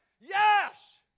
Yes